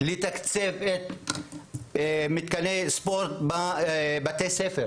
לתקצב את מתקני הספורט בבתי הספר.